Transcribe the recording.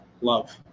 love